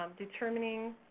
um determining,